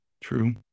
True